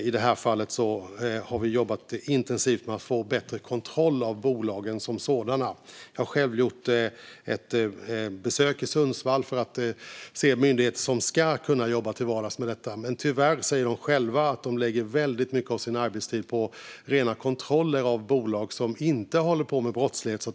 I det här fallet har vi jobbat intensivt med att få bättre kontroll av bolagen som sådana. Jag har själv gjort ett besök i Sundsvall för att träffa myndigheten som ska kunna jobba till vardags med detta. Men tyvärr säger de själva att de lägger väldigt mycket av sin arbetstid på rena kontroller av bolag som inte håller på med brottslighet.